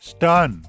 Stun